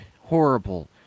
horrible